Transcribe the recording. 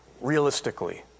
realistically